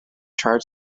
charge